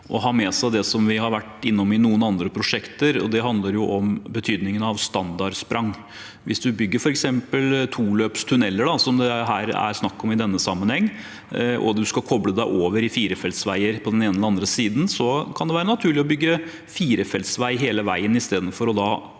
å ha med seg det vi har vært innom i noen andre prosjekter, som handler om betydningen av standardsprang. Hvis man bygger f.eks. toløpstunneler, som det er snakk om i denne sammenhengen, og man skal koble seg over i firefeltsveier på den ene eller den andre siden, kan det være naturlig å bygge firefeltsvei hele veien, istedenfor å gå